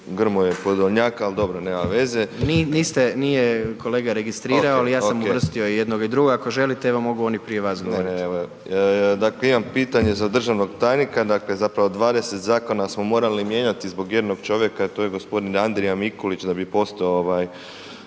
Grmoje i Podolnjaka, al dobro nema veze …/Upadica: Niste, nije kolega registrirao, ali ja sam uvrstio i jednog i drugog, ako želite evo mogu oni prije vas govoriti./… dakle, imam pitanje za državnog tajnika. Dakle, zapravo 20 zakona smo morali mijenjati zbog jednog čovjeka, a to je gospodin Andrija Mikulić da bi postao ovaj